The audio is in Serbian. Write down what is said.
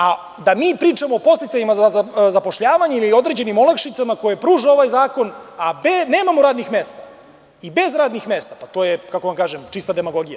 A da mi pričamo o podsticajima za zapošljavanje ili o određenim olakšicama koje pruža ovaj zakon, a nemamo radnih mesta i bez radnih mesta, to je čista demagogija.